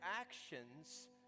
actions